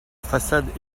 façade